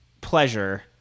pleasure